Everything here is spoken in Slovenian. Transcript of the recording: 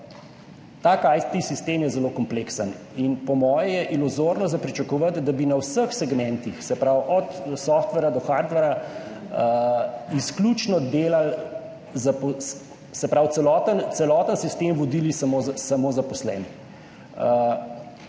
Tak IT sistem je zelo kompleksen in po moje je iluzorno pričakovati, da bi na vseh segmentih, se pravi, od softwarea do hardwarea izključno delali, se pravi, celoten sistem vodili samo zaposleni.